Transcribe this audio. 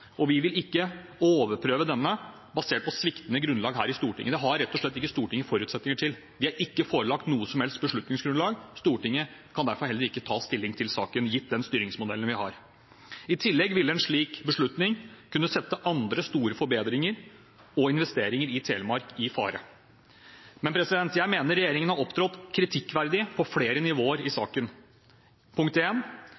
og vi vil ikke overprøve denne på sviktende grunnlag her i Stortinget. Det har rett og slett ikke Stortinget forutsetninger til. Vi er ikke forelagt noe som helst beslutningsgrunnlag, og Stortinget kan derfor heller ikke ta stilling til saken, gitt den styringsmodellen vi har. I tillegg ville en slik beslutning kunne sette andre store forbedringer og investeringer i Telemark i fare. Jeg mener regjeringen har opptrådt kritikkverdig på flere nivåer i